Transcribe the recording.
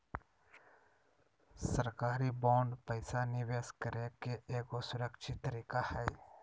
सरकारी बांड पैसा निवेश करे के एगो सुरक्षित तरीका हय